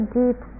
deep